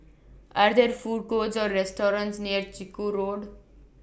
Are There Food Courts Or restaurants near Chiku Road